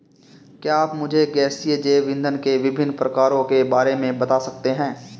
क्या आप मुझे गैसीय जैव इंधन के विभिन्न प्रकारों के बारे में बता सकते हैं?